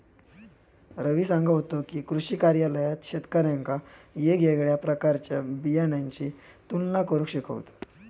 रवी सांगा होतो की, कृषी कार्यालयात शेतकऱ्यांका येगयेगळ्या प्रकारच्या बियाणांची तुलना करुक शिकवतत